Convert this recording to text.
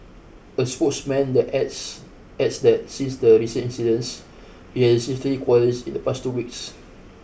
a spokesman that adds adds that since the recent incidents it has received three queries in the past two weeks